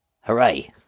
Hooray